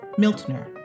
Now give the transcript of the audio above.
Miltner